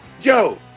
yo